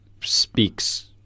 speaks